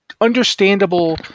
understandable